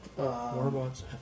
Warbots